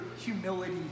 humility